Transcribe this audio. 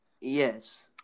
Yes